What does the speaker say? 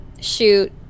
shoot